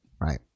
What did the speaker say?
Right